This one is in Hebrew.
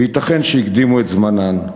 וייתכן שהקדימו את זמנן.